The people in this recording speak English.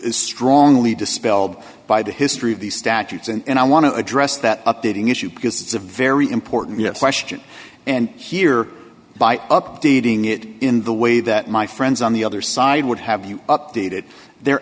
s strongly dispelled by the history of these statutes and i want to address that updating issue because it's a very important yes question and here by updating it in the way that my friends on the other side would have you updated they're